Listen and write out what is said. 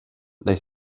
they